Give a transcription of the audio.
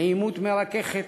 נעימות מרככת,